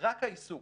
רק העיסוק